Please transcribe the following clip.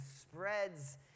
spreads